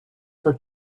for